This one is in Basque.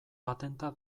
patenta